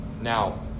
Now